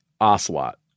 ocelot